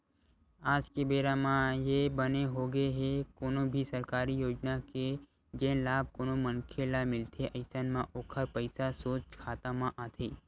आज के बेरा म ये बने होगे हे कोनो भी सरकारी योजना के जेन लाभ कोनो मनखे ल मिलथे अइसन म ओखर पइसा सोझ खाता म आथे